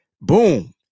boom